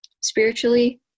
spiritually